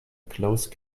close